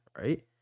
right